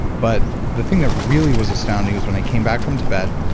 but the thing that really was astounding was when i came back from tibet,